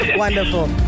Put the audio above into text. Wonderful